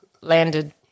landed